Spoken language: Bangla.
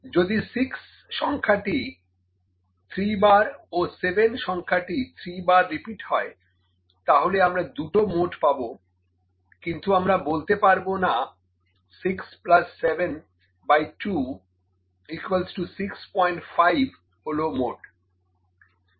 যদি 6 সংখ্যাটি 3 বার ও 7 সংখ্যাটি 3 বার রিপিট হয় তাহলে আমরা 2 টো মোড পাবো কিন্তু আমরা বলতে পারবো না 6 প্লাস 7 বাই 2 65 হল মোড